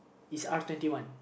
is R twenty one